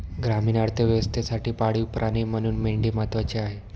ग्रामीण अर्थव्यवस्थेसाठी पाळीव प्राणी म्हणून मेंढी महत्त्वाची आहे